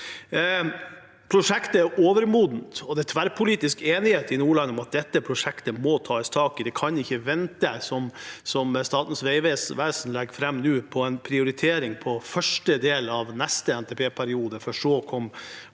Prosjektet er overmodent, og det er tverrpolitisk enighet i Nordland om at dette prosjektet må tas tak i. Det kan ikke vente, slik som Statens vegvesen legger fram nå, på en prioritering i første del av neste NTP-periode for så å komme